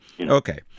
Okay